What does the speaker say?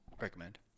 recommend